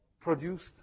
produced